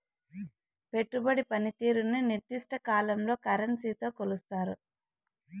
పెట్టుబడి పనితీరుని నిర్దిష్ట కాలంలో కరెన్సీతో కొలుస్తారు